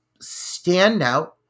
standout